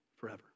forever